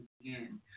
again